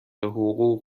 حقوق